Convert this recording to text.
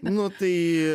nu tai